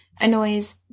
annoys